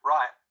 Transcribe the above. Right